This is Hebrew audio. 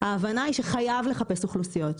ההבנה היא שחייב לחפש אוכלוסיות.